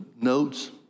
notes